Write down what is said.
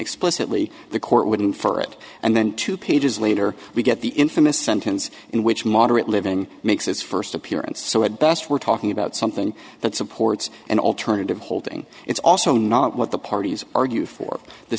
explicitly the court wouldn't for it and then two pages later we get the infamous sentence in which moderate living makes its first appearance so at best we're talking about something that supports an alternative holding it's also not what the parties argue for the